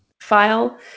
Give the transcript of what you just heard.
file